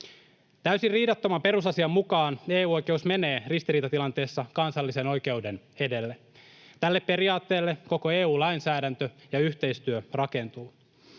Täysin riidattoman perusasian mukaan EU-oikeus menee ristiriitatilanteessa kansallisen oikeuden edelle. Tälle periaatteelle koko EU-lainsäädäntö ja ‑yhteistyö rakentuvat.